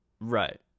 right